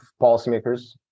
policymakers